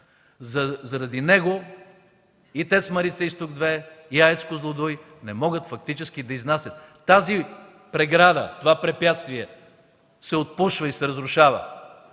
Заради него и ТЕЦ „Марица изток 2”, и АЕЦ „Козлодуй” не могат фактически да изнасят. Тази преграда, това препятствие се отпушва и се разрушава.